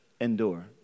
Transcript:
endure